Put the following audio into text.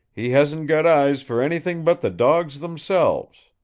he hasn't got eyes for anything but the dogs themselves.